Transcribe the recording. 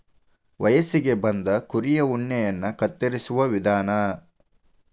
ವಯಸ್ಸಿಗೆ ಬಂದ ಕುರಿಯ ಉಣ್ಣೆಯನ್ನ ಕತ್ತರಿಸುವ ವಿಧಾನ